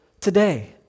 today